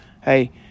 hey